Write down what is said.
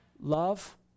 Love